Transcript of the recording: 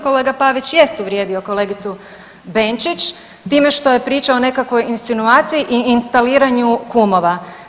Kolega Pavić jest uvrijedio kolegicu Benčić time što je pričao o nekakvoj insinuaciji i instaliranju kumova.